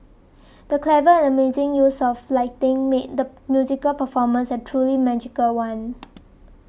the clever and amazing use of lighting made the musical performance a truly magical one